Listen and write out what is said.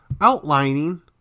outlining